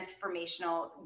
transformational